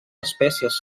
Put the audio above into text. espècies